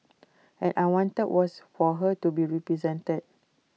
and I wanted was for her to be represented